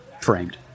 framed